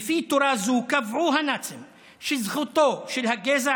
לפי תורה זו קבעו הנאצים שזכותו של הגזע